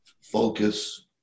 focus